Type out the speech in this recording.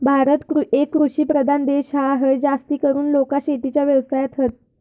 भारत एक कृषि प्रधान देश हा, हय जास्तीकरून लोका शेतीच्या व्यवसायात हत